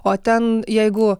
o ten jeigu